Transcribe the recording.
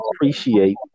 appreciate